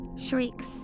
Shrieks